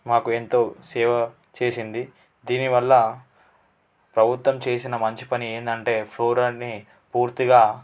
మాకు ఎంతో సేవ చేసింది దీనివల్ల ప్రభుత్వం చేసిన మంచిపని ఏంటంటే ఫ్లోరైడ్ని పూర్తిగా